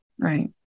Right